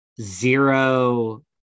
zero